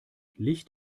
licht